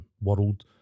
world